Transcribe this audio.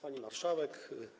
Pani Marszałek!